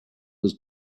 was